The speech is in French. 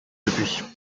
depuis